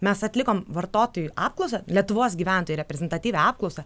mes atlikom vartotojų apklausą lietuvos gyventojų reprezentatyvią apklausą